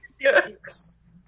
Yes